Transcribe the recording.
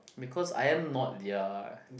because I am not their